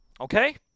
okay